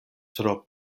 tro